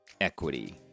equity